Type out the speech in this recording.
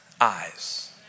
eyes